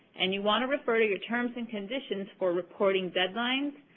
and you want to refer to your terms and conditions for reporting deadlines.